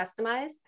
customized